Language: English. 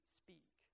speak